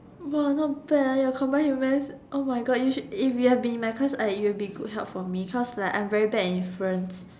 not bad your combined humans oh my god you should if you had been in my class I you would be good help for my cause like I'm very bad at inference